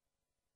רבותי, תם